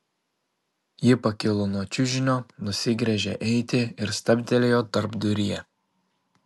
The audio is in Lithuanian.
ji pakilo nuo čiužinio nusigręžė eiti ir stabtelėjo tarpduryje